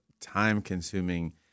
time-consuming